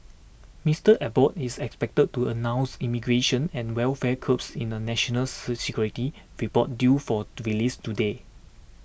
Mister Abbott is expected to announce immigration and welfare curbs in a national security report due for release today